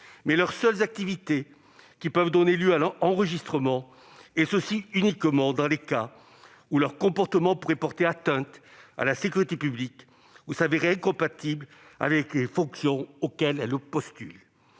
mais leurs seules activités qui peuvent donner lieu à enregistrement, et ce uniquement dans les cas où leur comportement pourrait porter atteinte à la sécurité publique ou s'avérer incompatible avec les fonctions auxquelles elles postulent